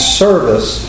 service